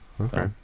Okay